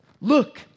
Look